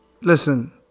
Listen